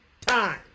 time